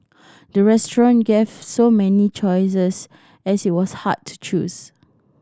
the restaurant gave so many choices as it was hard to choose